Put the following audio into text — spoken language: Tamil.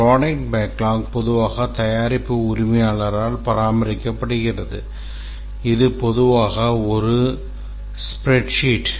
ப்ரோடக்ட் பேக்லாக் பொதுவாக தயாரிப்பு உரிமையாளரால் பராமரிக்கப்படுகிறது இது பொதுவாக ஒரு ஸ்பிரேட்சீட்